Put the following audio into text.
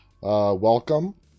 Welcome